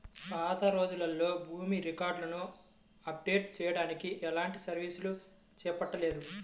పాతరోజుల్లో భూమి రికార్డులను అప్డేట్ చెయ్యడానికి ఎలాంటి సర్వేలు చేపట్టలేదు